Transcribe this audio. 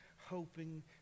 hoping